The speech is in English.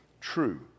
true